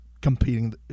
competing